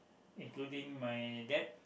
including my dad